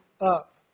up